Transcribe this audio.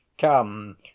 come